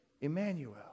Emmanuel